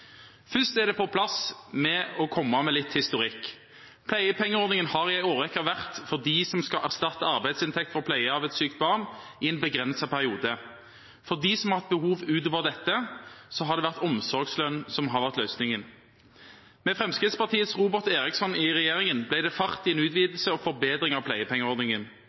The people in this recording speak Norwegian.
Først er det på sin plass å komme med litt historikk. Pleiepengeordningen har i en årrekke vært for dem som skal erstatte arbeidsinntekt for pleie av et sykt barn i en begrenset periode. For dem som har hatt behov utover dette, har det vært omsorgslønn som har vært løsningen. Med Fremskrittspartiets Robert Eriksson i regjeringen ble det fart på en utvidelse og en forbedring av pleiepengeordningen.